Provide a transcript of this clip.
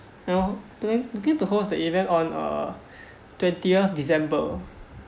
you know then give the hosts the event on a twentieth december